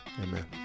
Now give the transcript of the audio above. amen